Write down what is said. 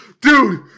Dude